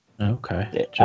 okay